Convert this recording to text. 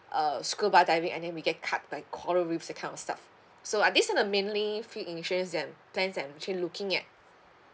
uh scuba diving and then we get cut by coral reefs that kind of stuff so uh these are the mainly few insurance that I'm plans that I'm actually looking at